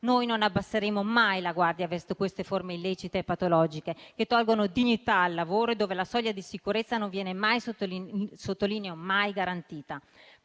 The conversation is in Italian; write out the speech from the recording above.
Noi non abbasseremo mai la guardia verso queste forme illecite e patologiche che tolgono dignità al lavoro e dove la soglia di sicurezza non viene mai, - sottolineo mai - garantita.